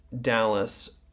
Dallas